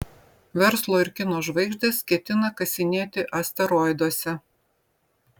verslo ir kino žvaigždės ketina kasinėti asteroiduose